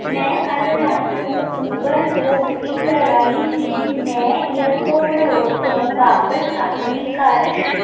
ਮੈਂ ਕੱਲ੍ਹ ਰਾਤ ਨੂੰ ਉਬਰ ਤੋਂ ਬੁਕਿੰਗ ਕਰਵਾਈ ਸੀ ਮੈਂ ਏਅਰਪੋਰਟ ਰੋਡ ਤੋਂ ਵਾਪਿਸ ਆਪਣੇ ਘਰ